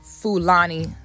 Fulani